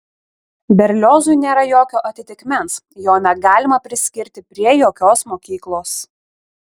berliozui nėra jokio atitikmens jo negalima priskirti prie jokios mokyklos